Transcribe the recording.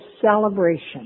celebration